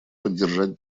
поддержать